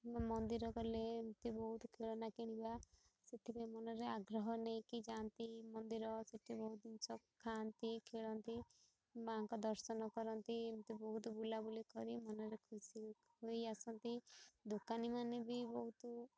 ମନ୍ଦିର ଗଲେ ଏମିତି ବହୁତ ଖେଳନା କିଣିବା ସେଥିପାଇଁ ମନରେ ଆଗ୍ରହ ନେଇକି ଯାଆନ୍ତି ମନ୍ଦିର ସେଠି ବହୁତ ଜିନିଷ ଖାଆନ୍ତି ଖେଳନ୍ତି ମାଆଙ୍କ ଦର୍ଶନ କରନ୍ତି ଏମିତି ବହୁତ ବୁଲାବୁଲି କରି ମନରେ ଖୁସି ହୋଇ ଆସନ୍ତି ଦୋକାନୀ ମାନେ ବି ବହୁତ